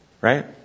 Right